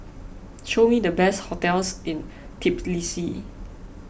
show me the best hotels in Tbilisi